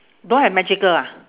don't have magical ah